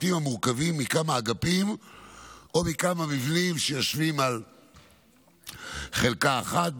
בתים המורכבים מכמה אגפים או מכמה מבנים שיושבים על חלקה אחת,